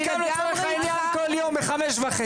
אני קם לצורך העניין כל יום ב-5:30